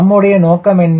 நம்முடைய நோக்கம் என்ன